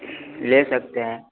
ले सकते हैं